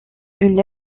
une